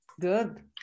Good